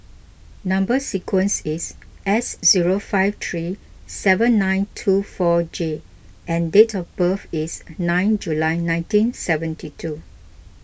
Number Sequence is S zero five three seven nine two four J and date of birth is nine July nineteen seventy two